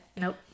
Nope